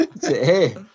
Hey